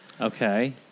Okay